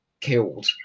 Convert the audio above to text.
killed